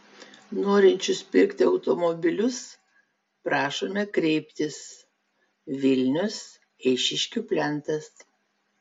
norinčius pirkti automobilius prašome kreiptis vilnius eišiškių plentas